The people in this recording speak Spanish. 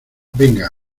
venga